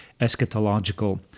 eschatological